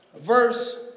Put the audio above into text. Verse